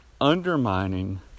undermining